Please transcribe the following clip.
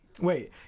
wait